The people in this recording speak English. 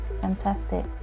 Fantastic